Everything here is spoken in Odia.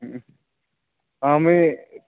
ହୁଁ ହଁ ମୁଇଁ